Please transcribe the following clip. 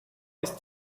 ist